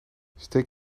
steek